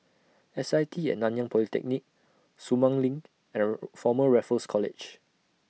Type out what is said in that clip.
S I T At Nanyang Polytechnic Sumang LINK Error Former Raffles College